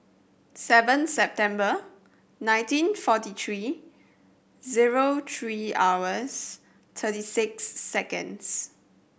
seven September nineteen forty three zero three hours thirty six seconds